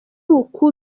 uku